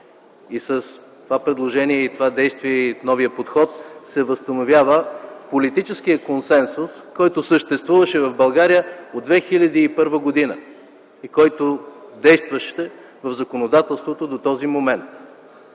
и с това предложение, това действие и новия подход се възстановява политическият консенсус, който съществуваше в България в 2001 г. и който действаше в законодателството до този момент.